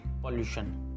pollution